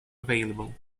available